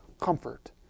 comfort